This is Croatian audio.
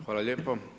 Hvala lijepo.